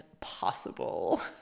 Possible